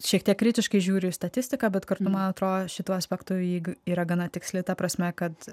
šiek tiek kritiškai žiūriu į statistiką bet kartu man atrodo šituo aspektu ji yra gana tiksli ta prasme kad